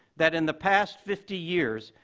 that in the past fifty years,